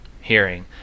hearing